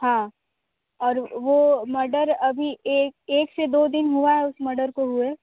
हाँ और वो मर्डर अभी एक एक से दो दिन हुआ हैं उस मर्डर को हुए